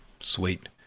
sweet